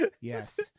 Yes